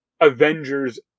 Avengers